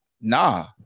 nah